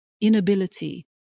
inability